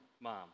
mom